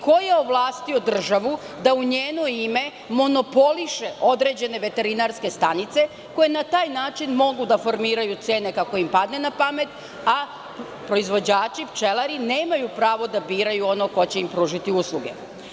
Ko je ovlasti državu da u njeno ime monopoliše određene veterinarske stanice koje na taj način mogu da formiraju cene kako im padne na pamet, a proizvođači, pčelari nemaju pravo da biraju onog ko će im pružiti usluge?